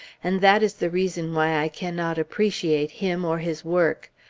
and that is the reason why i cannot appreciate him, or his work.